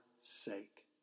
sake